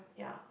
yeah